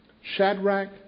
Shadrach